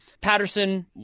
patterson